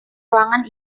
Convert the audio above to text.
ruangan